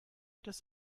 das